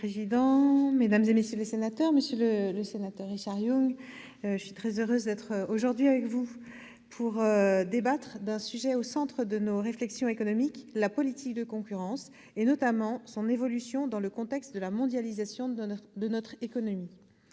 Monsieur le président, mesdames, messieurs les sénateurs, monsieur Richard Yung, je suis très heureuse d'être aujourd'hui avec vous pour débattre d'un sujet qui est au centre de nos réflexions économiques : la politique de la concurrence, notamment son évolution dans le contexte de la mondialisation de notre économie.